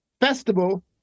festival